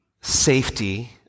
safety